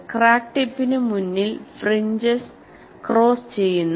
crack ടിപ്പിന് മുന്നിൽ fringes cross ചെയ്യുന്നു